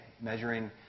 Measuring